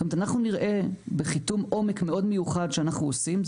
זאת אומרת אנחנו נראה בחיתום עומק מאוד מיוחד שאנחנו עושים,